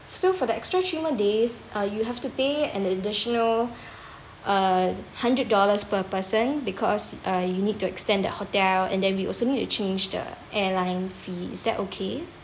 so for the extra three more days uh you have to pay an additional uh hundred dollars per person because uh you need to extend the hotel and then we also need to change the airline fee is that okay